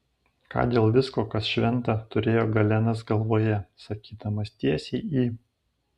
ką dėl visko kas šventa turėjo galenas galvoje sakydamas tiesiai į